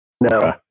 No